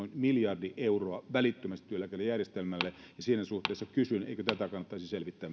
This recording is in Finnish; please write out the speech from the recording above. noin miljardi euroa välittömästi työeläkejärjestelmälle ja siinä suhteessa kysyn eikö myöskin tätä kannattaisi selvittää